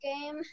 game